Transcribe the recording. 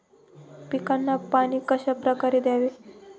पिकांना पाणी कशाप्रकारे द्यावे?